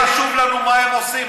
למה חשוב לנו מה הם עושים?